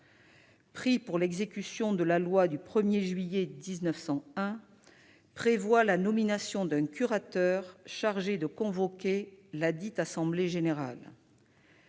pris pour l'exécution de la loi du 1 juillet 1901 prévoit la nomination d'un curateur chargé de convoquer ladite assemblée générale.